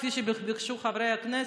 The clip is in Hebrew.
כפי שביקשו חבריי חברי הכנסת,